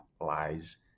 lies